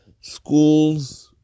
schools